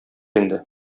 инде